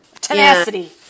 tenacity